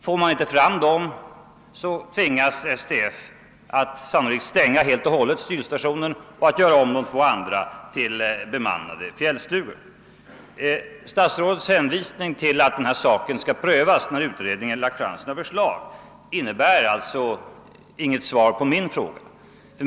Får man inte fram dem tvingas Svenska turistföreningen att stänga Sylstationen helt och hållet och att göra om de två andra till bemannade fjällstugor. Statsrådets hänvisning till att denna sak skall prövas, när kommittén lagt fram sina förslag, innebär alltså inget svar på min fråga.